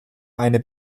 eine